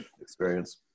experience